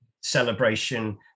celebration